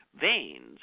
veins